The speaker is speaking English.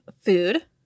food